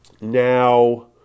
Now